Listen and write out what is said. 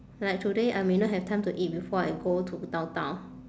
like today I may not have time to eat before I go to downtown